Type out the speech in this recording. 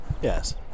yes